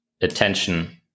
attention